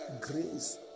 Grace